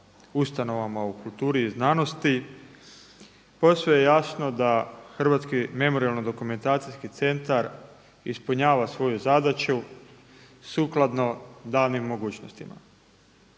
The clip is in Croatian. ustanovama u kulturi i znanosti posve je jasno da Hrvatski memorijalno-dokumentacijski centar ispunjava svoju zadaću sukladno danim mogućnostima.